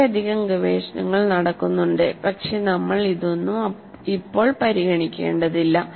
വളരെയധികം ഗവേഷണങ്ങൾ നടക്കുന്നുണ്ട് പക്ഷേ നമ്മൾ അതൊന്നും ഇപ്പോൾ പരിഗണിക്കേണ്ടതില്ല